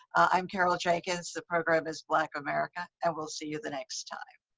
i'm carol jankins. the program is black america and we'll see you the next time.